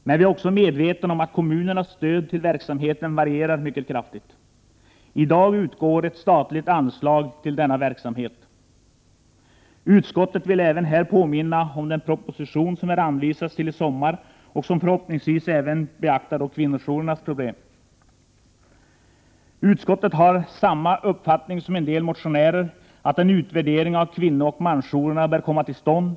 Men vi är också medvetna om att kommunernas stöd till verksamheten varierar mycket kraftigt. I dag utgår ett statligt anslag till denna verksamhet. Utskottet vill även här påminna om den proposition som är aviserad till i sommar och som förhoppningsvis även beaktar kvinnojourernas problem. Utskottet har samma uppfattning som en del motionärer, att en utvärdering av kvinnooch mansjourerna bör komma till stånd.